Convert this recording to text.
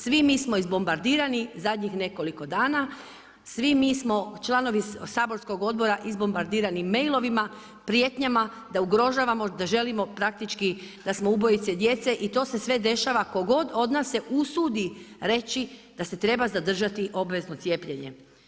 Svi mi smo izbombardirani zadnjih nekoliko dana, svi mi smo članovi saborskog odbora izbombardirani mailovima, prijetnjama, da ugrožavamo, da želimo praktički, da smo ubojice djece i to se sve dešava tko god nas se usudi reći da se treba zadržati obvezno cijepljenje.